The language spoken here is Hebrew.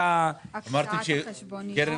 הקצאת החשבוניות, קרן